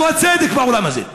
איפה הצדק בעולם הזה?